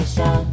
Show